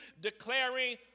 declaring